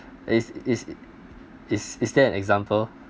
is is is is there an example